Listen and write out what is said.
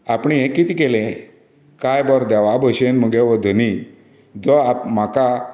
आपणें हें कितें केलें कांय बरो देवा भशेन म्हगे हो धनी जो आतां म्हाका